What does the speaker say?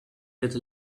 with